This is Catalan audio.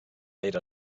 era